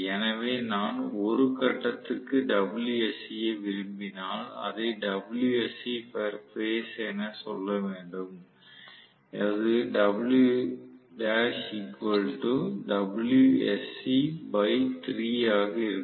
எனவே நான் ஒரு கட்டத்திற்கு Wsc ஐ விரும்பினால் அதை Wsc பெர் பேஸ் என சொல்ல வேண்டும் அது ஆக இருக்கும்